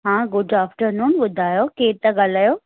हा good afternoon ॿुधायो केरु था ॻाल्हायो